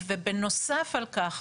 בנוסף על כך,